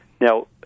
Now